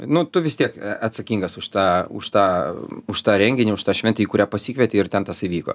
nu tu vis tiek atsakingas už tą už tą už tą renginį už tą šventę į kurią pasikvietei ir ten tas įvyko